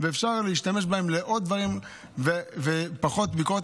ואפשר להשתמש בהם לעוד דברים ופחות ביקורת.